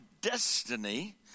destiny